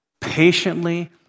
patiently